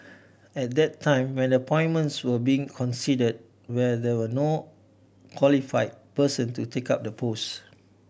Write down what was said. at the time when the appointments were being considered were there no qualified person to take up the posts